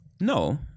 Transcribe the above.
No